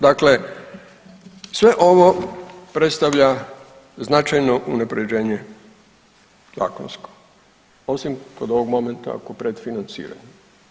Dakle, sve ovo predstavlja značajno unaprjeđenje zakonsko osim kod ovog momenta kod predfinanciranja.